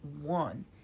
one